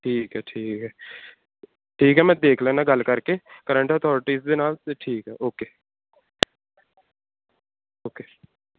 ਠੀਕ ਹੈ ਠੀਕ ਹੈ ਠੀਕ ਹੈ ਮੈਂ ਦੇਖ ਲੈਂਦਾ ਗੱਲ ਕਰਕੇ ਕਰੰਟ ਅਥੋਰਟੀਜ਼ ਦੇ ਨਾਲ ਅਤੇ ਠੀਕ ਹੈ ਓਕੇ ਓਕੇ